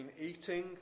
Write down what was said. eating